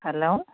hello